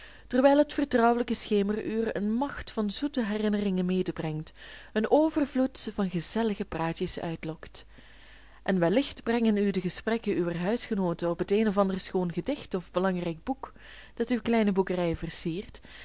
terwijl het vertrouwelijk schemeruur een macht van zoete herinneringen medebrengt een overvloed van gezellige praatjes uitlokt en wellicht brengen u de gesprekken uwer huisgenooten op het een of ander schoon gedicht of belangrijk boek dat uwe kleine boekerij versiert